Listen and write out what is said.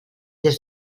des